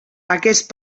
aquest